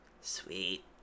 Sweet